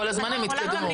כל הזמן הם התקדמו --- לא,